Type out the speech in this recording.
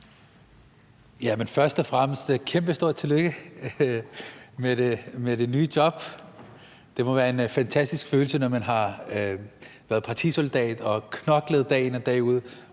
Først og fremmest et kæmpestort tillykke med det nye job. Det må være en fantastisk følelse, når man har været partisoldat og knoklet dag ud og dag ind,